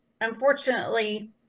unfortunately